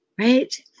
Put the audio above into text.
right